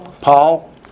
Paul